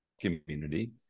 community